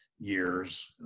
Years